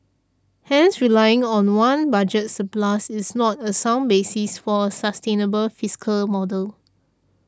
hence relying on one budget surplus is not a sound basis for a sustainable fiscal model